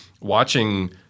watching